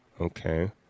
Okay